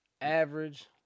average